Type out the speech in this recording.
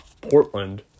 Portland